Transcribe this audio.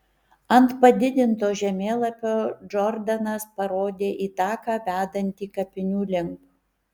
ant padidinto žemėlapio džordanas parodė į taką vedantį kapinių link